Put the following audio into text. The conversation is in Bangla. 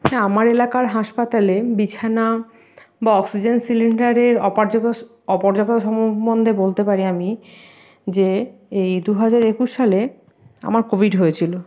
হ্যাঁ আমার এলাকার হাসপাতালে বিছানা বা অক্সিজেন সিলিন্ডারের সম্বন্ধে বলতে পারি আমি যে এই দু হাজার একুশ সালে আমার কোভিড হয়েছিলো